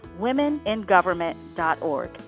womeningovernment.org